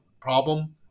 problem